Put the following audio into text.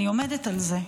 אני עומדת על זה,